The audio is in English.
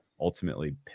ultimately